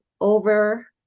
over